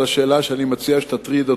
על השאלה שאני מציע שתטריד אותך,